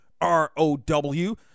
R-O-W